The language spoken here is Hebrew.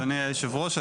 אדוני היושב-ראש,